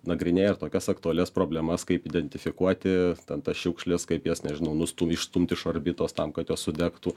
nagrinėja tokias aktualias problemas kaip identifikuoti ten tas šiukšles kaip jas nežinau nustum išstumti iš orbitos tam kad jos sudegtų